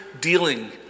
dealing